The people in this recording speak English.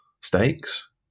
stakes